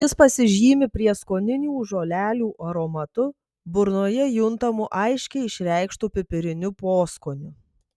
jis pasižymi prieskoninių žolelių aromatu burnoje juntamu aiškiai išreikštu pipiriniu poskoniu